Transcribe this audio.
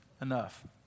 enough